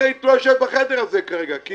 אני אומרת שלא לכתחילה ולא